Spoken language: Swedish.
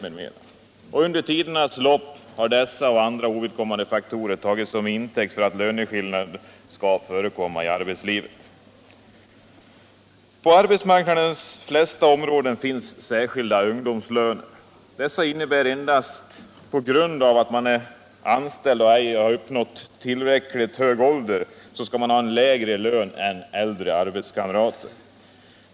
Under tidernas lopp har dessa och andra ovid lönesättningen på arbetsmarknaden kommande faktorer tagits som intäkt för att löneskillnader skall förekomma i arbetslivet. ' På de flesta områdena uv .1rbusmarknddc.n hnns Sdrsklldd un;__domslöner. Dessa innebär att .man endast därför att man inte har uppnått uillräckligt hög ålder skall ha en lägre lön än äldre arbetskamrater.